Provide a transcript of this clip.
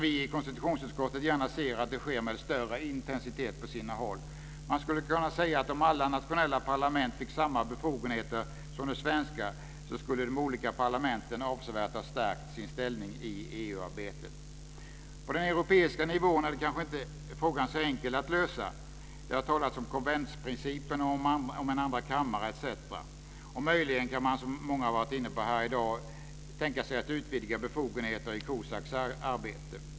Vi i konstitutionsutskottet ser gärna att det på sina håll sker med en större intensitet. Man skulle kunna säga att om alla nationella parlament fick samma befogenheter som det svenska skulle de olika parlamenten avsevärt ha stärkt sin ställning i EU-arbetet. På den europeiska nivån är det kanske inte så enkelt att lösa frågan. Det har talats om konventsprincipen, om en andra kammare etc. Möjligen kan man, som många här i dag har varit inne på, tänka sig att utvidga befogenheter i COSAC:s arbete.